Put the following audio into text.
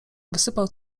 wysypał